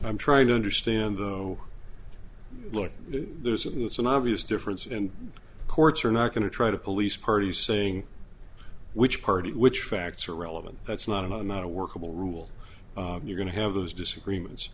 i'm trying to understand though look there's of that's an obvious difference and courts are not going to try to police parties saying which party which facts are relevant that's not a no not a workable rule you're going to have those disagreements